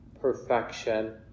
perfection